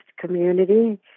community